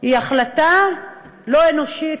זו החלטה לא אנושית,